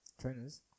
trainers